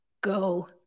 go